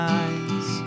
eyes